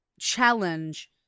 challenge